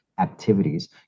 Activities